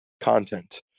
content